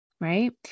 right